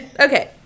Okay